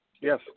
yes